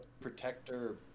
protector